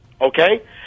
okay